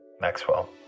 Maxwell